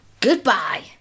Goodbye